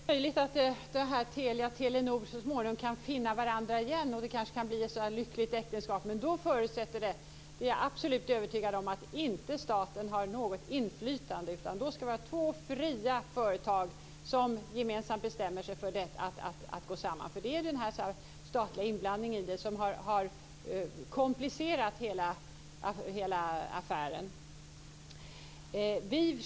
Fru talman! Det är möjligt att Telia och Telenor så småningom kan finna varandra igen, och det kanske kan bli ett lyckligt äktenskap. Men jag är absolut övertygad om att förutsättningen är att staten inte har något inflytande. Då ska det vara två fria företag som gemensamt bestämmer sig för att gå samman. Det är den statliga inblandningen som har komplicerat hela affären.